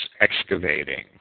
excavating